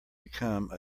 become